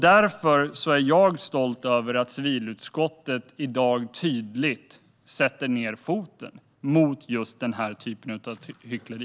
Jag är stolt över att civilutskottet i dag tydligt sätter ned foten mot just den typen av hyckleri.